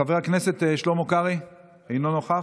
חבר הכנסת שלמה קרעי, אינו נוכח,